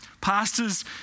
Pastors